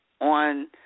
On